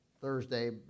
Thursday